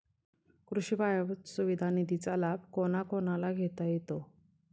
कृषी पायाभूत सुविधा निधीचा लाभ कोणाकोणाला घेता येतो?